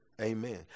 Amen